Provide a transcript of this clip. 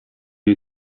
you